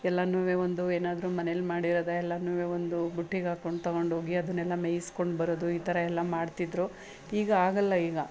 ಎಲ್ಲನೂ ಒಂದು ಏನಾದ್ರೂ ಮನೆಯಲ್ಲಿ ಮಾಡಿರೋದು ಎಲ್ಲನೂ ಒಂದು ಬುಟ್ಟಿಗಾಕ್ಕೊಂಡು ತೊಗೊಂಡೋಗಿ ಅದನ್ನೆಲ್ಲ ಮೇಯ್ಸ್ಕೊಂಡು ಬರೋದು ಈ ಥರ ಎಲ್ಲ ಮಾಡ್ತಿದ್ರು ಈಗ ಆಗಲ್ಲ ಈಗ